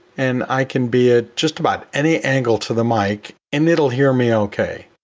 and i can be at just about any angle to the mic, and it'll hear me okay.